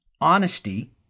honesty